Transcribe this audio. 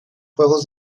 juegos